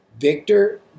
victor